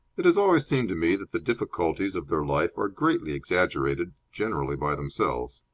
it has always seemed to me that the difficulties of their life are greatly exaggerated generally by themselves.